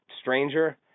Stranger